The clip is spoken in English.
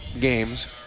games